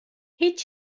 هیچ